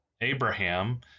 Abraham